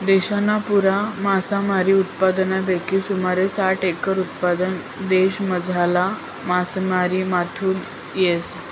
देशना पुरा मासामारी उत्पादनपैकी सुमारे साठ एकर उत्पादन देशमझारला मासामारीमाथून येस